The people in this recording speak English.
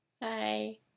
Bye